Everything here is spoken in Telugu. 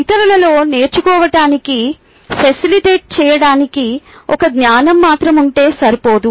ఇతరులలో నేర్చుకోవటాని ఫసిలిటేట చేయడానికి ఒక్క జ్ఞానం మాత్రమే ఉంటే సరిపోదు